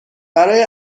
برای